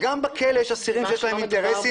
גם בכלא יש אסירים שיש להם אינטרסים.